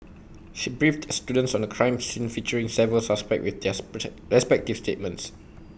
she briefed the students on A crime scene featuring several suspects with their respective statements